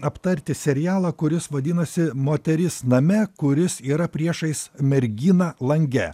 aptarti serialą kuris vadinasi moteris name kuris yra priešais merginą lange